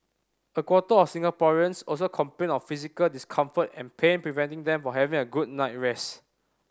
a quarter of Singaporeans also complained of physical discomfort and pain preventing them from having a good night rest